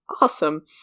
awesome